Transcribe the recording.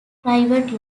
private